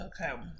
Okay